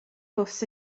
bws